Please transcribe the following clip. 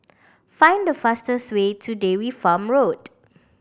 find the fastest way to Dairy Farm Road